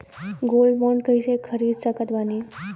Gold bond कईसे खरीद सकत बानी?